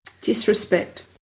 Disrespect